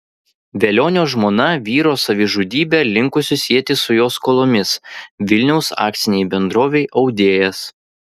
velionio žmona vyro savižudybę linkusi sieti su jo skolomis vilniaus akcinei bendrovei audėjas